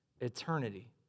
eternity